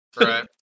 Right